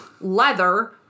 leather